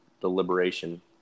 deliberation